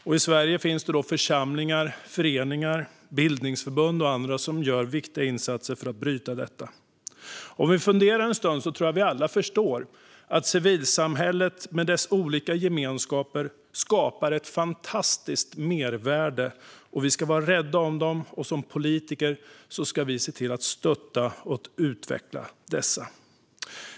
I Sverige finns församlingar, föreningar, bildningsförbund och andra som gör viktiga insatser för att bryta detta. Om vi funderar en stund tror jag att vi alla förstår att civilsamhället med dess olika gemenskaper skapar ett fantastiskt mervärde. Vi ska vara rädda om dem, och som politiker ska vi se till att stötta och utveckla dessa.